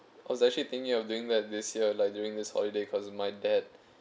I was actually thinking of doing that this year like during this holiday because my dad